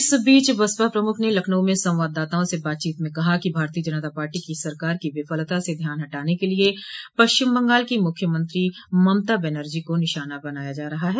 इस बीच बसपा प्रमुख ने लखनऊ में संवाददाताओं से बातचीत में कहा है कि भारतीय जनता पार्टी की सरकार की विफलता से ध्यान हटाने के लिये पश्चिम बंगाल की मुख्यमंत्री ममता बनर्जी को निशाना बनाया जा रहा है